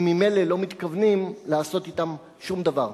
אם ממילא לא מתכוונים לעשות אתן שום דבר.